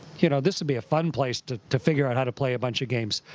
you know, this would be a fun place to to figure out how to play a bunch of games.